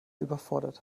überfordert